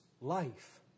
life